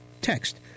text